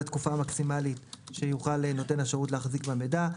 התקופה המקסימלית שיוכל נותן השירות להחזיק במידע.